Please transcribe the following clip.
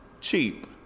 Cheap